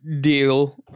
deal